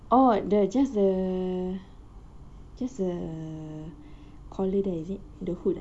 oh the just the just the collar there is it the hood ah